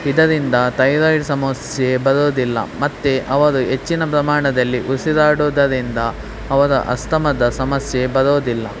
ಇದರಿಂದ ತೈರಾಯಿಡ್ ಸಮಸ್ಯೆ ಬರೋದಿಲ್ಲ ಮತ್ತು ಅವರು ಹೆಚ್ಚಿನ ಪ್ರಮಾಣದಲ್ಲಿ ಉಸಿರಾಡೋದರಿಂದ ಅವರ ಅಸ್ತಮಾದ ಸಮಸ್ಯೆ ಬರೋದಿಲ್ಲ